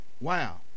wow